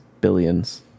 billions